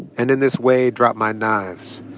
and in this way, drop my knives.